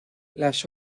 las